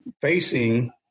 facing